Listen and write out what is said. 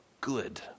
good